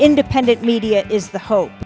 independent media is the hope